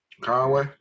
Conway